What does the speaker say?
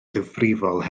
ddifrifol